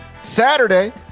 Saturday